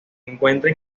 encuentra